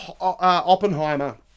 Oppenheimer